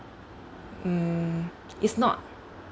mm it's not